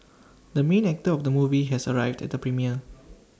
the main actor of the movie has arrived at the premiere